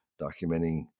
documenting